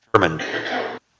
German